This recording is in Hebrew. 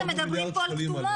אתם מדברים כאן על כתומות.